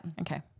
Okay